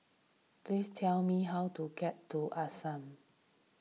please tell me how to get to the Ashram